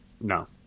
no